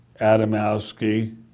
Adamowski